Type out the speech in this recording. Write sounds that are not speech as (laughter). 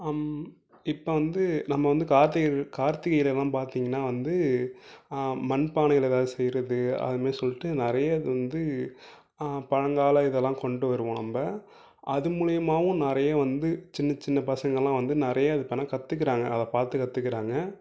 இப்போ வந்து நம்ம வந்து கார்த்திகை கார்த்திகைலெலான் பார்த்திங்கன்னா வந்து மண் பானையில் (unintelligible) செய்கிறது அதுமாரி சொல்லிட்டு நிறைய இது வந்து பழங்கால இதெலாம் கொண்டு வருவோம் நம்ப அது மூலயமாவும் நிறைய வந்து சின்ன சின்ன பசங்களாம் வந்து நிறைய இது பண்ண கற்றுக்குறாங்க அதைப்பாத்து கற்றுக்குறாங்க